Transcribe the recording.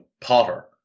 Potter